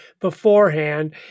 beforehand